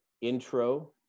intro